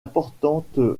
importante